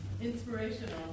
Inspirational